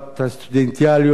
הסטודנטיאליות.